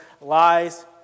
lies